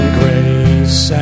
grace